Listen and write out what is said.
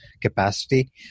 capacity